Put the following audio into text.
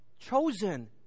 chosen